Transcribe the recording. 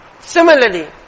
Similarly